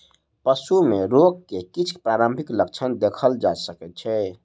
पशु में रोग के किछ प्रारंभिक लक्षण देखल जा सकै छै